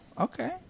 Okay